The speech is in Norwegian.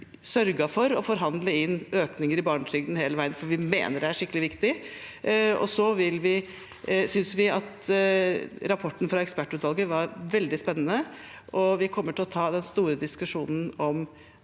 sørget for å forhandle inn økninger i barnetrygden hele veien, for vi mener det er skikkelig viktig. Vi synes at rapporten fra ekspertutvalget er veldig spennende, og vi kommer til å ta den store diskusjonen om